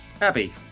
Abby